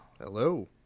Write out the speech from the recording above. Hello